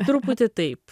truputį taip